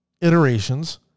iterations